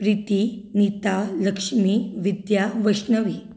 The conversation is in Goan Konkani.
प्रिती निता लक्ष्मी विद्या वैश्णवी